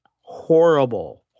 horrible –